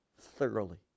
thoroughly